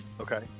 Okay